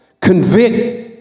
convict